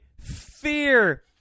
fear